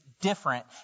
different